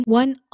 one